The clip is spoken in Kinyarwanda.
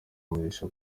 umugisha